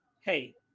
Hey